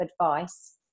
advice